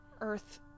earth